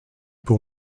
pour